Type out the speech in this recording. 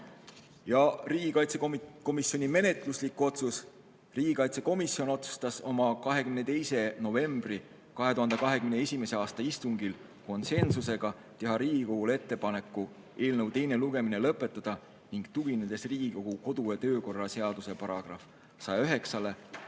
Ja riigikaitsekomisjoni menetluslik otsus. Riigikaitsekomisjon otsustas oma 2021. aasta 22. novembri istungil (konsensusega) teha Riigikogule ettepaneku eelnõu teine lugemine lõpetada, ning tuginedes Riigikogu kodu‑ ja töökorra seaduse §‑le 109,